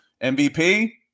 MVP